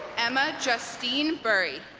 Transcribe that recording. emma justine bury